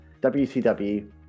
WCW